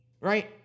right